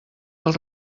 del